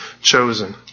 chosen